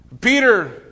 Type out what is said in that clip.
Peter